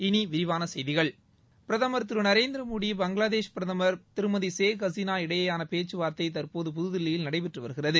இனி விரிவான செய்திகள் பிரதமர் திரு நரேந்திரமோடி பங்களாதேஷ் பிரதமர் திருமதி ஷேக் கஸினா இடையேயான பேச்சுவார்த்தை தற்போது புதுதில்லியில் நடைபெற்று வருகிறது